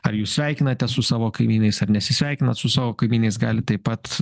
ar jūs sveikinates su savo kaimynais ar nesisveikinat su savo kaimynais gali taip pat